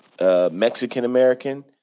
Mexican-American